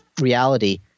reality